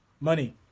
money